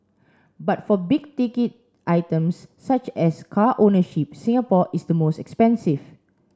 but for big ticket items such as car ownership Singapore is the most expensive